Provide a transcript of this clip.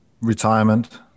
retirement